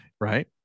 right